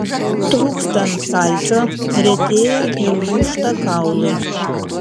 trūkstant kalcio retėja ir lūžta kaulai